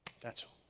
that's all